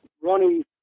Ronnie